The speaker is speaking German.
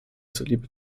zuliebe